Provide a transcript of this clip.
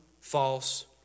false